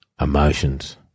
Emotions